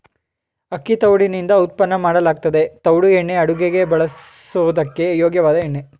ಅಕ್ಕಿ ತವುಡುನಿಂದ ಉತ್ಪನ್ನ ಮಾಡಲಾಗ್ತದೆ ತವುಡು ಎಣ್ಣೆ ಅಡುಗೆಗೆ ಬಳಸೋದಕ್ಕೆ ಯೋಗ್ಯವಾದ ಎಣ್ಣೆ